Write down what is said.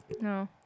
No